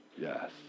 Yes